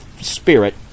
Spirit